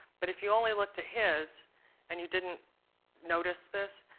but if you only looked at his and you didn't notice this,